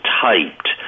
typed